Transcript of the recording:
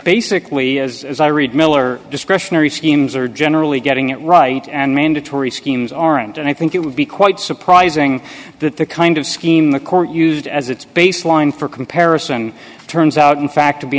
basically as i read miller discretionary schemes are generally getting it right and mandatory schemes aren't and i think it would be quite surprising that the kind of scheme the court used as its baseline for comparison turns out in fact to be